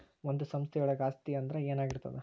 ಒಂದು ಸಂಸ್ಥೆಯೊಳಗ ಆಸ್ತಿ ಅಂದ್ರ ಏನಾಗಿರ್ತದ?